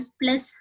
plus